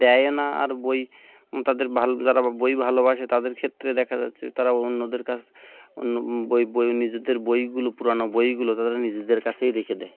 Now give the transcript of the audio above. দেয় না আর বই তাদের ভাল যারা বই ভালোবাসে তাদের ক্ষেত্রে দেখা যাচ্ছে তারা অন্যদের কাছ অন্য বই বই নিজেদের বইগুলো পুরনো বইগুলো তারা নিজেদের কাছেই রেখে দেয়